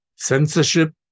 censorship